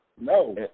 No